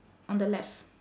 on the left